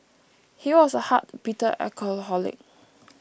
he was a hard bitter alcoholic